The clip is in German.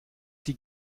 die